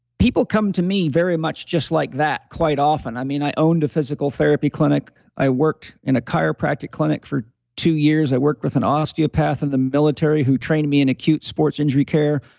people come to me very much just like that quite often. i mean, i owned a physical therapy clinic. i worked in a chiropractic clinic for two years. i worked with an osteopath in the military who trained me in acute sports injury care.